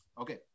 Okay